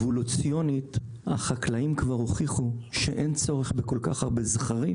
אבולוציונית החקלאים כבר הוכיח שאין צורך בכל כך הרבה זכרים.